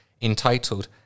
entitled